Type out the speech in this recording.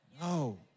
No